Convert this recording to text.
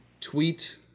tweet